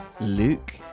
Luke